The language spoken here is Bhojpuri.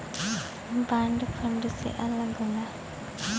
बांड फंड से अलग होला